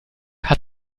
hat